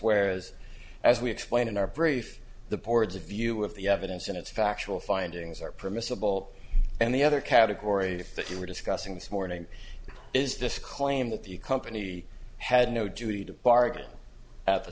whereas as we explained in our brief the board's view of the evidence and its factual findings are permissable and the other categories that you were discussing this morning is this claim that the company had no duty to bargain at the